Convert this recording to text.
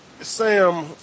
Sam